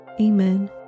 Amen